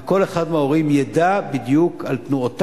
וכל אחד מההורים ידע על תנועותיו,